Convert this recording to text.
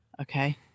Okay